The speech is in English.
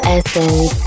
Essence